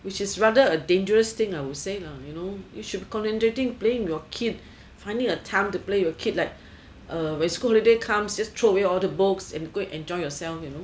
which is rather a dangerous thing I would say lah you know you should concentrating playing your kid finding a time to play a kid like a when holiday comes just throw away all the books and go enjoy yourself you know